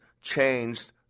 changed